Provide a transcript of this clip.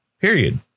Period